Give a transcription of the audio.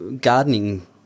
gardening